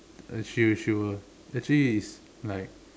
she will she will actually it's like